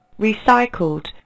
Recycled